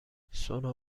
سونا